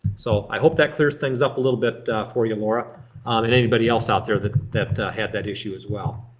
so i hope that clears things up a little bit for you laura um and anybody else out there that had that issue as well.